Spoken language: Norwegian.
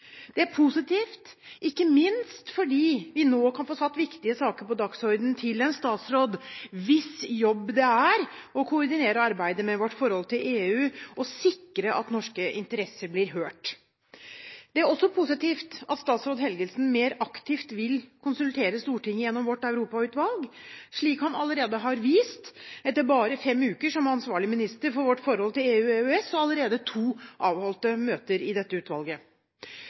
Det er positivt, ikke minst fordi vi nå kan få satt viktige saker på dagsordenen til en statsråd hvis jobb det er å koordinere arbeidet med vårt forhold til EU og sikre at norske interesser blir hørt. Det er også positivt at statsråd Helgesen mer aktivt vil konsultere Stortinget gjennom vårt europautvalg, slik han allerede har vist: bare fem uker som ansvarlig minister for vårt forhold til EU og EØS, og allerede to avholdte møter i dette utvalget.